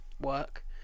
work